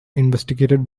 investigated